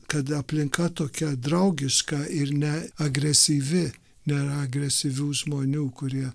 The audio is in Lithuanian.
kada aplinka tokia draugiška ir ne agresyvi nėra agresyvių žmonių kurie